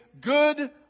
good